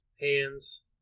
hands